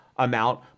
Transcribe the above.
Amount